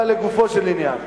אבל לגופו של עניין,